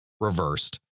reversed